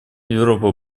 европа